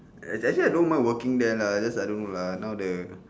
uh actually I don't mind working there lah just I don't know lah now the